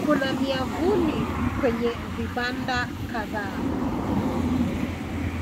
Kuna miavuli kwenye vibanda kadhaa.